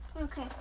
Okay